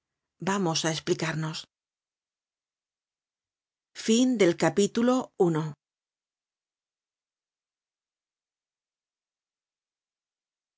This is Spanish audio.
vamos á esplicarnos